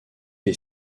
est